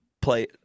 play